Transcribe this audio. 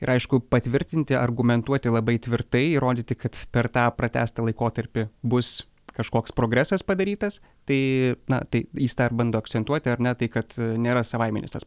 ir aišku patvirtinti argumentuoti labai tvirtai įrodyti kad per tą pratęstą laikotarpį bus kažkoks progresas padarytas tai na tai jis tą ir bando akcentuoti ar ne tai kad nėra savaiminis tas